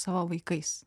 savo vaikais